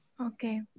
Okay